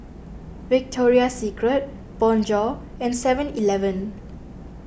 Victoria Secret Bonjour and Seven Eleven